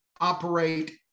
operate